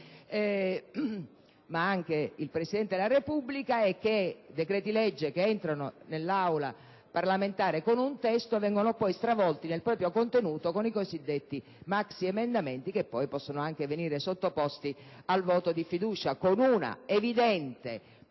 ma anche il Presidente della Repubblica - è che i decreti-legge che entrano nell'Aula parlamentare con un testo vengono poi stravolti nel proprio contenuto con i cosiddetti maxiemendamenti (che poi possono anche venire sottoposti al voto di fiducia), con una evidente,